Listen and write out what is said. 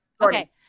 Okay